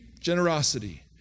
generosity